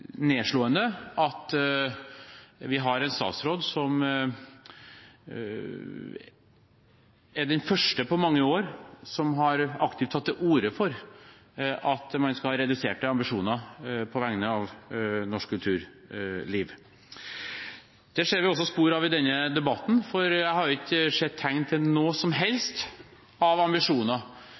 nedslående at vi har en statsråd som er den første på mange år som aktivt har tatt til orde for at man skal ha reduserte ambisjoner på vegne av norsk kulturliv. Det ser vi også spor av i denne debatten, for jeg har ikke sett tegn til noe som helst av ambisjoner